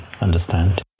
understand